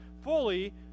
fully